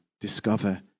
discover